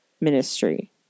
ministry